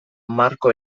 marko